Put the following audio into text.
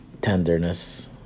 tenderness